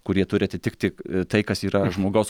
kurie turi atitikt tik tai kas yra žmogaus